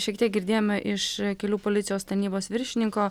šiek tiek girdėjome iš kelių policijos tarnybos viršininko